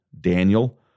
Daniel